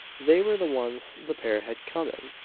they were the ones the pair had come in!